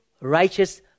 righteous